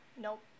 Nope